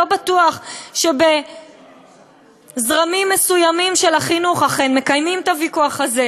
לא בטוח שבזרמים מסוימים של החינוך אכן מקיימים את הוויכוח הזה.